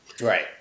Right